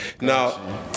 Now